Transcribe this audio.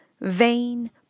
vain